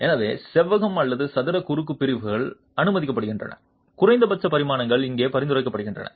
எனவே செவ்வகம் அல்லது சதுர குறுக்கு பிரிவுகள் அனுமதிக்கப்படுகின்றன குறைந்தபட்ச பரிமாணங்கள் இங்கே பரிந்துரைக்கப்படுகின்றன